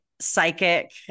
psychic